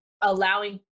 allowing